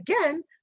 again